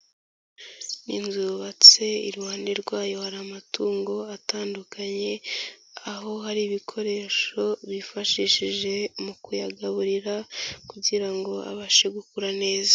Ni inzu yutse iruhande rwayo hari amatungo atandukanye aho hari ibikoresho bifashishije mu kuyagaburira kugira ngo abashe gukura neza.